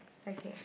okay